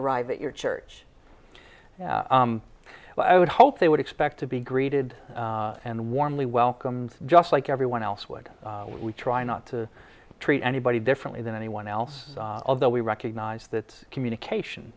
arrive at your church well i would hope they would expect to be greeted and warmly welcomed just like everyone else would we try not to treat anybody differently than anyone else although we recognize that communication